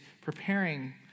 preparing